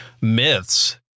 myths